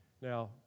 Now